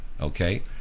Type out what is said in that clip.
Okay